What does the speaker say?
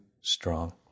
strong